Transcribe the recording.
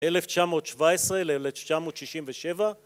1917 ל-1967